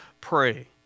pray